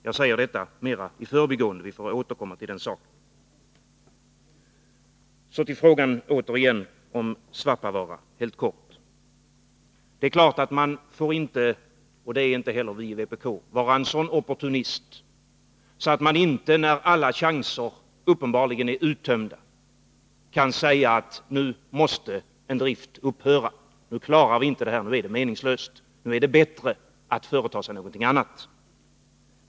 Jag säger detta mer i förbigående. Vi får återkomma till saken. Så helt kort åter till frågan om Svappavaara. Man får givetvis inte vara en sådan opportunist — och det är inte heller vi i vpk — att man inte, när alla chanser uppenbarligen är uttömda, kan säga: Nu måste driften upphöra, nu klarar vi inte detta, nu är det meningslöst, nu är det bättre att företa sig något annat.